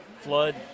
flood